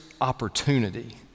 opportunity